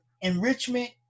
enrichment